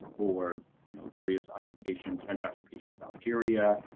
for you know various occupations french occupation of algeria,